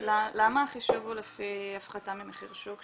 למה החישוב הוא לפי הפחתה ממחיר שוק,